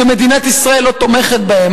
שמדינת ישראל לא תומכת בהם.